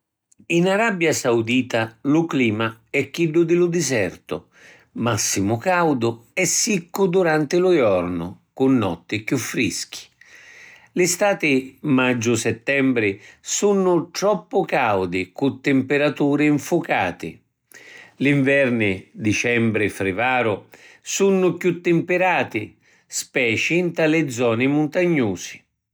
In Arabia Saudita lu clima è chiddu di lu disertu, massimu caudu e siccu duranti lu jornu, cu notti chiù frischi. Li stati (maggiu-settembri) sunnu troppu caudi cu timpiraturi nfucati. Li nverni (dicembri-frivaru) sunnu chiù timpirati, speci nta li zoni muntagnusi.